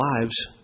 lives